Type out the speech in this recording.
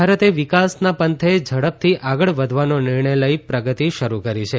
ભારતે વિકાસના પંથે ઝડપથી આગળ વધવાનો નિર્ણય લઇ પ્રગતિ શરૂ કરી છે